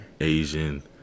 Asian